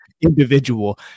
individual